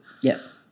Yes